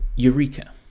Eureka